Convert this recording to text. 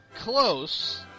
Close